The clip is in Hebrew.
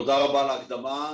תודה רבה על ההקדמה.